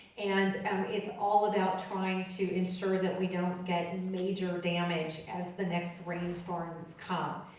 and and it's all about trying to ensure that we don't get major damage as the next rainstorms come.